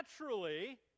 naturally